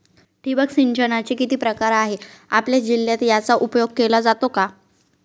ठिबक सिंचनाचे किती प्रकार आहेत? आपल्या जिल्ह्यात याचा उपयोग केला जातो का?